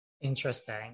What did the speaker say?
interesting